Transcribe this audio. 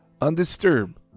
Undisturbed